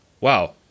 wow